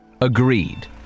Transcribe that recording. agreed